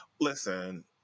listen